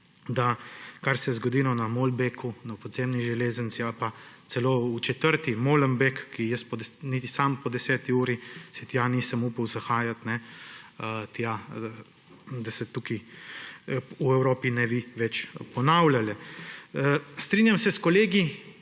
da kar se je zgodilo na Maelbeeku, na podzemni železnici ali pa celo v četrti Maelbeek, kamor si jaz niti sam po deseti uri nisem upal zahajati, da se tukaj v Evropi ne bi več ponavljalo. Strinjam se s kolegi